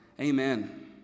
Amen